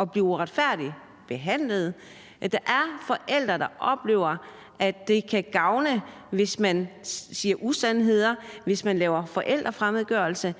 at blive uretfærdigt behandlet; at der er forældre, der oplever, at det kan gavne, hvis man siger usandheder, hvis man laver forældrefremmedgørelse;